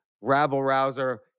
rabble-rouser